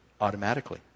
automatically